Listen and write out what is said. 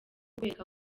kubereka